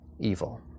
evil